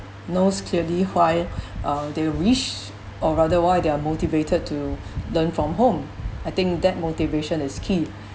knows clearly why uh they reach or rather why they're motivated to learn from home I think that motivation is key